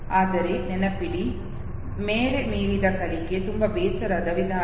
ಆದರೆ ನೆನಪಿಡಿ ಮೇರೆ ಮೀರಿದ ಕಲಿಕೆ ತುಂಬಾ ಬೇಸರದ ವಿಧಾನ